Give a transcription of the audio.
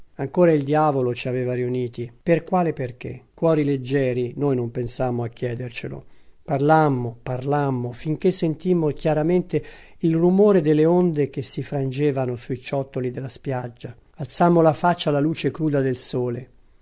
ancora il diavolo ci aveva riuniti per quale perché cuori leggeri noi non pensammo a chiedercelo parlammo parlammo finché sentimmo chiaramente il rumore delle onde che si frangevano sui ciottoli della spiaggia alzammo la faccia alla luce cruda del sole